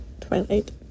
Twilight